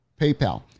PayPal